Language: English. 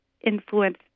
influence